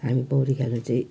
हामी पौडी खेल्नु चाहिँ